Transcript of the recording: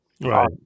right